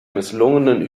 misslungenen